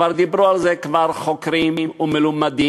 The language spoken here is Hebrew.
כבר דיברו על זה חוקרים ומלומדים,